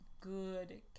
good